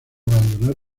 abandonar